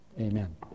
Amen